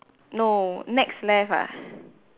no next left ah